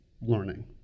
learning